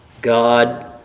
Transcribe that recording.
God